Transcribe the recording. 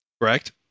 Correct